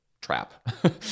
Trap